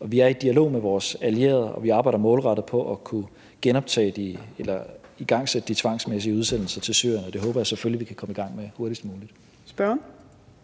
Og vi er i dialog med vores allierede, og vi arbejder målrettet på at kunne genoptage eller igangsætte de tvangsmæssige udsendelser til Syrien, og det håber jeg selvfølgelig vi kan komme i gang med hurtigst muligt.